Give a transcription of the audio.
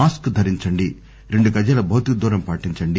mask ధరించండి రెండు గజాల భౌతిక దూరం పాటించండి